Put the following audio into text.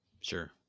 Sure